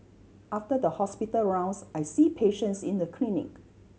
after the hospital rounds I see patients in the clinic